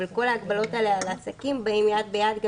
אבל כל ההגבלות האלה על העסקים באות יד ביד גם